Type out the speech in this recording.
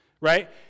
Right